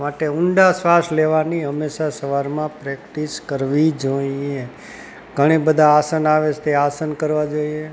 માટે ઊંડા શ્વાસ લેવાની હંમેશા સવારમાં પ્રેક્ટિસ કરવી જોઈએ ઘણાં બધાં આસન આવે છે તે આસન કરવા જોઈએ